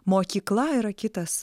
mokykla yra kitas